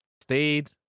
stayed